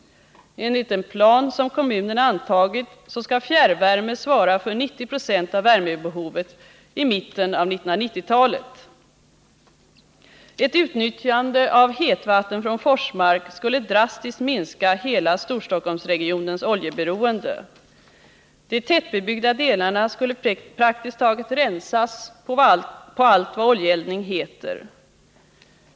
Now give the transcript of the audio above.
Enligt den plan som kommunerna antagit skall fjärrvärme svara för 90 96 av värmebehovet i mitten av 1990-talet. Ett utnyttjande av hetvatten från Forsmark skulle drastiskt minska hela Storstockholmsregionens oljeberoende. De tätbebyggda delarna skulle praktiskt taget rensas på allt vad oljeeldning heter.